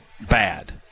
bad